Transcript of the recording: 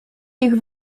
ich